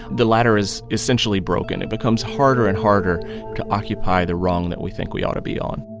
the ladder is essentially broken. it becomes harder and harder to occupy the rung that we think we ought to be on